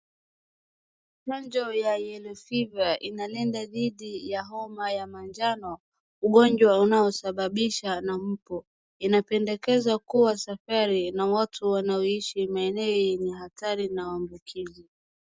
Chanjo ya yellow fever inalenga dhidi ya homa ya manjano ugonjwa unaosababisha na umbu. Inapendekezwa kuwa safari na watu wanaoishi maeneo yenye hatari na maambukizi.